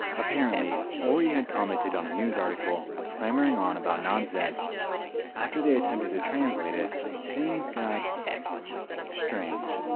apparently orie had commented on a news article clamoring on about nonsense after they attempted to translate it things got strange